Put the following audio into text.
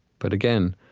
but again,